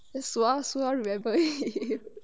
then sua sua remembered him